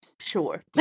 Sure